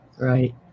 Right